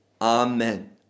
amen